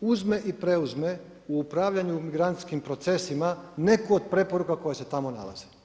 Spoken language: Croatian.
uzme i preuzme u upravljanju migrantskim procesima neku od preporuka koje se tamo nalaze.